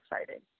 exciting